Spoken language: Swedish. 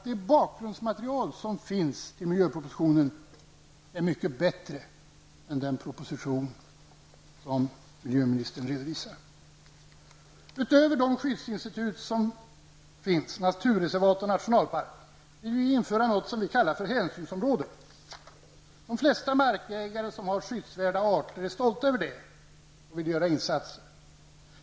Det bakgrundsmaterial som finns är mycket bättre än den proposition som miljöministern lämnat. Utöver de skyddsinstitut som finns, naturreservat och nationalpark, vill vi införa något som vi kallar för hänsynsområde. De flesta markägare som har skyddsvärda arter är stolta över detta och vill göra insatser.